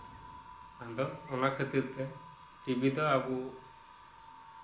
ᱟᱫᱚ ᱚᱱᱟ ᱠᱷᱟᱹᱛᱤᱨ ᱛᱮ ᱴᱤᱵᱷᱤ ᱫᱚ ᱟᱵᱚ